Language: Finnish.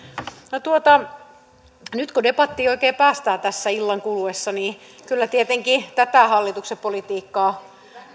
nyt kun oikein päästään debattiin tässä illan kuluessa niin kyllä tietenkin sitä hallituksen politiikkaa